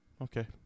Okay